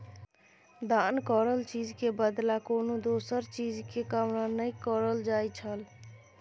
दान करल चीज के बदला कोनो दोसर चीज के कामना नइ करल जाइ छइ